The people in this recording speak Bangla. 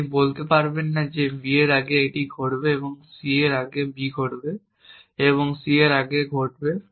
আপনি বলতে পারবেন না যে b এর আগে একটি ঘটবে এবং c এর আগে b ঘটবে এবং c এর আগে ঘটবে